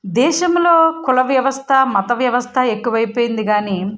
దేశంలో కుల వ్యవస్థ మత వ్యవస్థ ఎక్కువైపోయింది కానీ